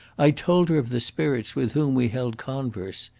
i told her of the spirits with whom we held converse.